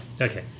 Okay